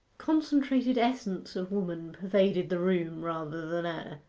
concentrated essence of woman pervaded the room rather than air.